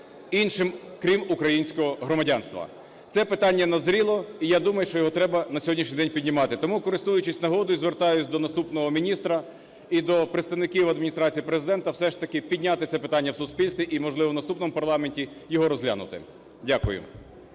іншим, крім українського, громадянства. Це питання назріло, і я думаю, що його треба на сьогоднішній день піднімати. Тому, користуючись нагодою, звертаюсь до наступного міністра і до представників Адміністрації Президента, все ж таки підняти це питання в суспільстві і, можливо, в наступному парламенті його розглянути. Дякую.